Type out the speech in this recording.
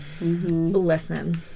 listen